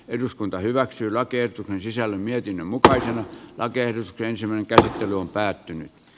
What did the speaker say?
eduskunta hyväksyi lakien sisällön netin mukaan rakennustensa käsittely on päättynyt